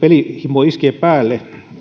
pelihimo iskee päälle